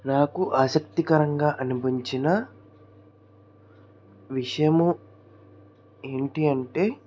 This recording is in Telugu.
నాకు ఆశక్తికరంగా అనిపించిన విషము ఏంటి అంటే